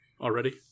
already